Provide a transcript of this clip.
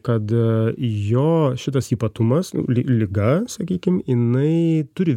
kad jo šitas ypatumas li liga sakykim jinai turi